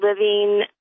living